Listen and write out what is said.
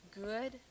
good